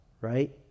right